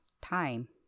time